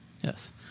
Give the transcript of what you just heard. Yes